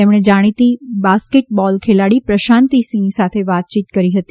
તેમણે જાણીતી basketball ખેલાડી પ્રશાંતિસિંહ સાથે વાતચીત કરી હતી